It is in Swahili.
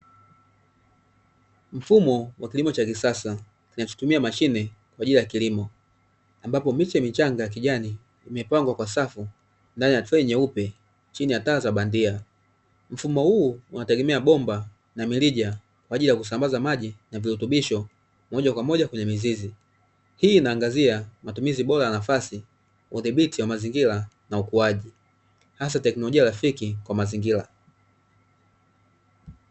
Mfumo wa kilimo cha kisasa, kinachotumia mashine kwa ajili ya kilimo, ambapo miche michanga ya kijani imepangwa kwa safu ndani ya trei nyeupe chini ya taa za bandia. Mfumo huu unategemea bomba na mirija kwa ajili ya kusambaza maji na virutubisho moja kwa moja kwenye mizizi. Hii inaangazia matumizi bora ya nafasi, udhibiti wa mazingira na ukuaji, hasa teknolojia rafiki kwa mazingira.